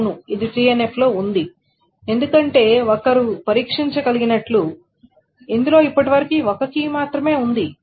అవును ఇది 3NF లో ఉంది ఎందుకంటే ఒకరు పరీక్షించకలిగినట్లు ఇందులో ఇప్పటివరకు ఒకే కీ మాత్రమే ఉంది